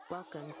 Welcome